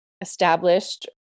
established